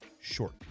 short